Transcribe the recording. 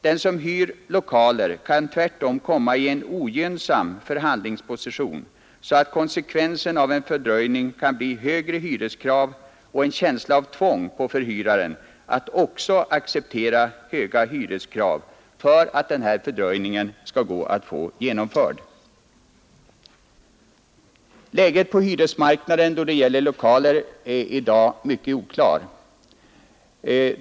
Den som hyr lokaler kan tvärtom komma in i en ogynnsam förhandlingsposition så att konsekvensen av en fördröjning kan bli högre hyreskrav och en känsla av tvång på förhyraren att också acceptera höga hyreskrav för att den här fördröjningen skall kunna genomföras. Läget på hyresmarknaden då det gäller lokaler är i dag mycket oklart.